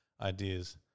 ideas